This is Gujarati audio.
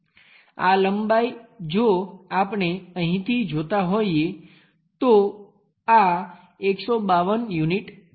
આ લંબાઈ જો આપણે અહીંથી જોતા હોઈએ તો આ 152 યુનિટ છે